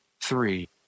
Three